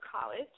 college